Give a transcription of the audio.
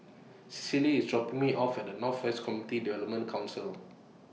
Cicely IS dropping Me off At North West Community Development Council